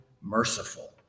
merciful